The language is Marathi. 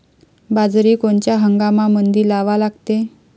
बाजरी कोनच्या हंगामामंदी लावा लागते?